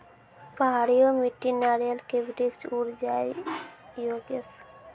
पहाड़िया मिट्टी नारियल के वृक्ष उड़ जाय योगेश?